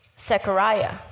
Zechariah